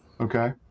Okay